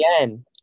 again